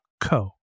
co